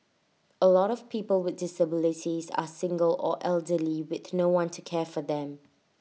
A lot of people with disabilities are single or elderly with no one to care for them